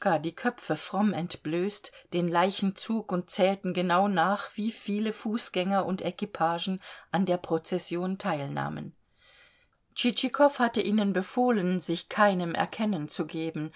die köpfe fromm entblößt den leichenzug und zählten genau nach wie viele fußgänger und equipagen an der prozession teilnahmen tschitschikow hatte ihnen befohlen sich keinem erkennen zu geben